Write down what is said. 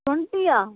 டொண்ட்டியா